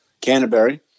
Canterbury